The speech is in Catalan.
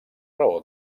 raó